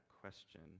question